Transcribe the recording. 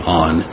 on